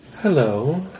Hello